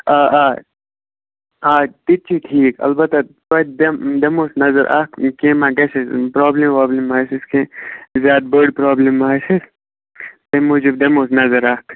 آ آ آ تِتہِ چھُ ٹھیٖک البتہ توٚتہِ دِم دِمہوس نظر اَکھ کیٚنٛہہ ما گَژھٮ۪س پرٛابلِم وابلِم ما آسٮ۪س کیٚنٛہہ زیادٕ بٔڈ پرٛابلِم ما آسٮ۪س تَمہِ موٗجوٗب دِمہوس نظر اَکھ